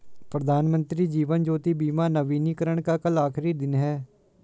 प्रधानमंत्री जीवन ज्योति बीमा नवीनीकरण का कल आखिरी दिन है